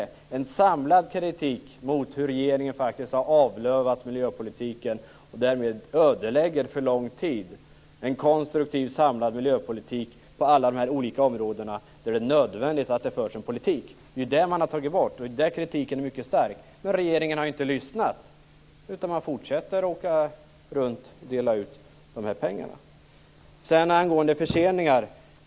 Det finns en samlad kritik mot hur regeringen har avlövat miljöpolitiken och därmed för lång tid framåt ödelagt en konstruktiv samlad miljöpolitik på alla olika områden där det är nödvändigt att det förs en miljöpolitik. Det är ju där man har tagit bort, och det är där kritiken är mycket stark. Men regeringen har inte lyssnat. Man fortsätter att åka runt och dela ut de här pengarna. Sedan vill jag säga något apropå förseningar.